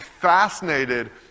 fascinated